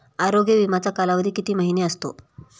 आरोग्य विमाचा कालावधी किती महिने असतो?